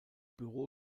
büro